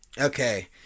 Okay